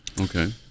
Okay